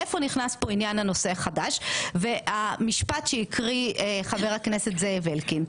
איפה נכנס כאן עניין הנושא החדש והמשפט שהקריא השר זאב אלקין.